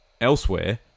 Elsewhere